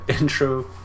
intro